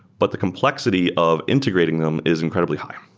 but the complexity of integrating them is incredibly high.